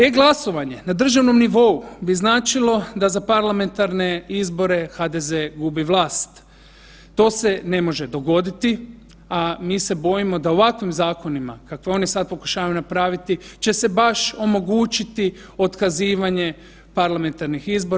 E-glasovanje na državnom nivou bi značilo da za parlamentarne izbore HDZ gubi vlast, to se ne može dogoditi, a mi se bojimo da ovakvim zakonima kakve oni pokušavaju napraviti će se baš omogućiti otkazivanje parlamentarnih izbora.